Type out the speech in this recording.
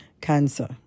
cancer